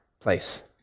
place